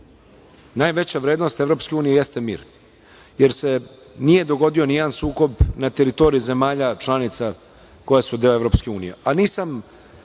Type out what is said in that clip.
Najveća vrednost Evropske unije jeste mir, jer se nije dogodio nijedan sukob na teritoriji zemalja članica koje su deo Evropske unije. Nisam